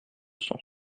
sens